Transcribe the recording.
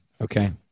okay